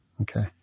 Okay